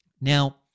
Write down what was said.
Now